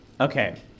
Okay